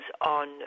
on